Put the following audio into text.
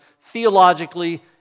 Theologically